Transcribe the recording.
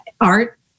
art